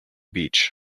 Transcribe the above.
beach